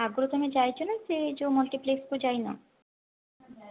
ଆଗରୁ ତୁମେ ଯାଇଛନା ସେ ଯେଉଁ ମଲ୍ଟିପ୍ଲେସକୁ ଯାଇନ